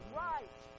right